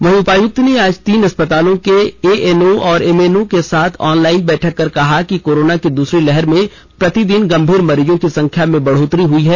वहीं उपायुक्त ने आज तीन अस्पतालों के एएनओ और एमएनओ के साथ ऑनलाइन बैठक कर कहा कि कोरोना की दूसरी लहर में प्रतिदिन गंभीर मरीजों की संख्या में बढ़ोतरी हो रही है